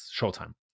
showtime